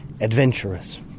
adventurous